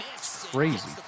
Crazy